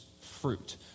fruit